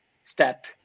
step